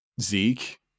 Zeke